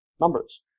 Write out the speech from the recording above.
numbers